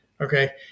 okay